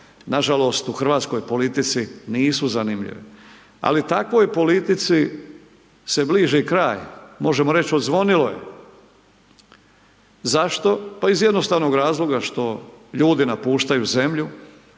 nažalost u hrvatskoj politici nisu zanimljive, ali takvoj politici se bliži kraj, možemo reći odzvonilo je. Zašto? Pa iz jednostavnog razloga što ljudi napuštaju zemlju,